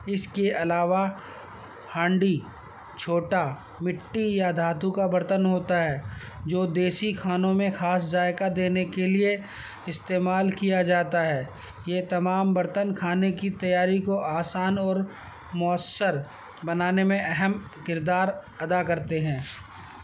اس کے علاوہ ہانڈی چھوٹا مٹی یا دھاتو کا برتن ہوتا ہے جو دیسی کھانوں میں خاص ذائقہ دینے کے لیے استعمال کیا جاتا ہے یہ تمام برتن کھانے کی تیاری کو آسان اور مؤثر بنانے میں اہم کردار ادا کرتے ہیں